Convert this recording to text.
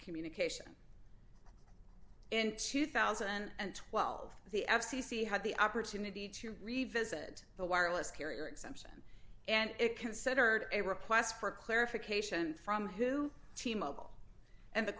communication in two thousand and twelve the f c c had the opportunity to revisit the wireless carrier exemption and it considered a request for clarification from who